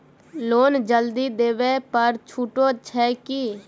Loan जल्दी देबै पर छुटो छैक की?